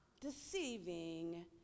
deceiving